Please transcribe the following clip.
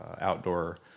outdoor